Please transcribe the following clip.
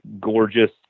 gorgeous